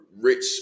rich